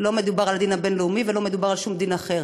ולא מדובר על הדין הבין-לאומי ולא מדובר על שום דין אחר,